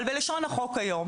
אבל בלשון החוק היום